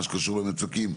מה שקשור למצוקים.